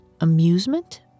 amusement